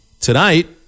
Tonight